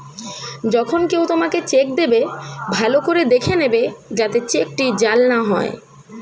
যখন কেউ তোমাকে চেক দেবে, ভালো করে দেখে নেবে যাতে চেকটি জাল না হয়